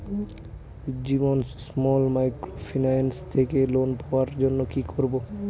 Ujjivan small microfinance থেকে loan পাওয়ার জন্য কি করব?